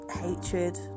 hatred